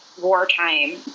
wartime